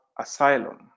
asylum